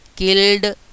killed